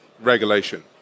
regulation